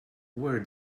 where